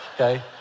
okay